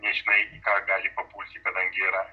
nežinai ką gali papulti tenai gi yra